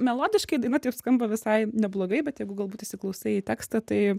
melodiškai daina taip skamba visai neblogai bet jeigu galbūt įsiklausai į tekstą tai